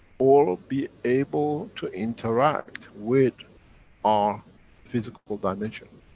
or be able to interact with our physical dimension.